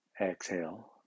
exhale